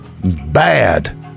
bad